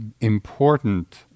important